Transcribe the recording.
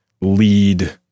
lead